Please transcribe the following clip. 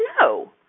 No